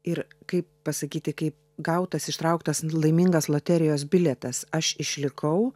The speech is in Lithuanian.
ir kaip pasakyti kaip gautas ištrauktas laimingas loterijos bilietas aš išlikau